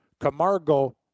Camargo